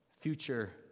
Future